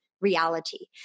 reality